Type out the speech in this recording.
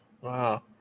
Wow